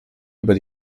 über